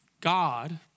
God